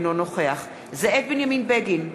אינו נוכח זאב בנימין בגין,